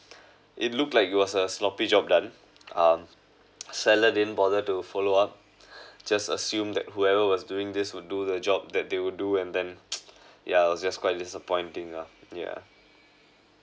it looked like it was a sloppy job done um seller didn't bother to follow up just assume that whoever was doing this would do the job that they will do and then yeah I was just quite disappointing ah yeah